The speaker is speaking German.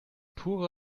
pure